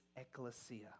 ecclesia